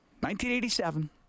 1987